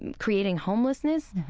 and creating homelessness?